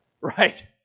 Right